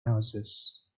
houses